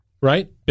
right